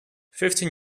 fifteen